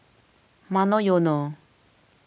Monoyono